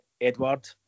Edward